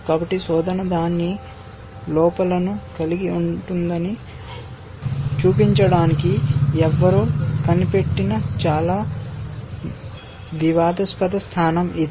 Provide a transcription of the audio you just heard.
కాబట్టి శోధన దాని లోపాలను కలిగి ఉంటుందని చూపించడానికి ఎవరో కనిపెట్టిన చాలా వివాదాస్పద స్థానం ఇది